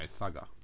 Thugger